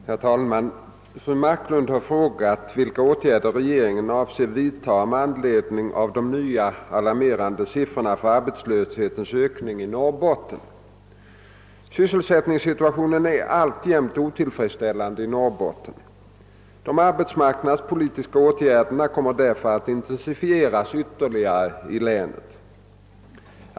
Herr talman! Fru Marklund har frågat, vilka åtgärder regeringen avser vidtaga med anledning av de nya, alarmerande siffrorna för arbetslöshetens ökning i Norrbotten. Sysselsättningssituationen är alltjämt otillfredsställande i Norrbotten. De arbetsmarknadspolitiska åtgärderna kommer därför att intensifieras ytterligare 1 länet.